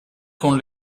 con